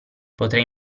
potrei